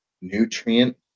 nutrient